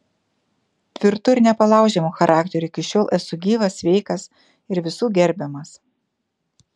tvirtu ir nepalaužiamu charakteriu iki šiol esu gyvas sveikas ir visų gerbiamas